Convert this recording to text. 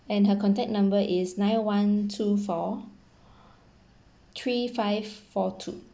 and her contact number is nine one two four three five four two